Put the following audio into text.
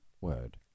word